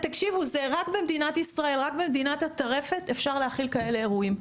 תקשיבו זה רק במדינת ישראל רק במדינת הטרפת אפשר להכיל כאלה אירועים.